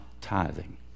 tithing